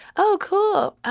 oh, cool.